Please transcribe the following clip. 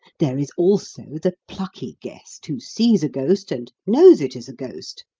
there is also the plucky guest, who sees a ghost, and knows it is a ghost,